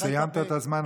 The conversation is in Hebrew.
סיימת את הזמן,